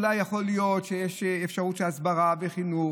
אולי יכול להיות שיש אפשרות של הסברה וחינוך,